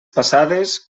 passades